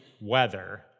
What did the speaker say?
weather